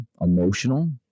emotional